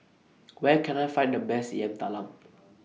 Where Can I Find The Best Yam Talam